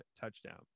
touchdown